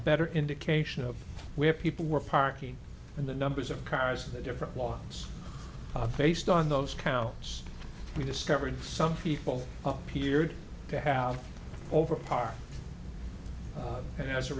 better indication of where people were parking and the numbers of cars of the different walks i faced on those counts we discovered some people here to have over par and as a